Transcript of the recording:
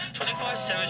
24-7